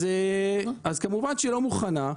כמובן היא לא מוכנה.